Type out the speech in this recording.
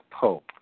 Pope